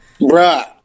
Bruh